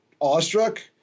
awestruck